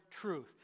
truth